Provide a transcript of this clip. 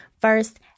First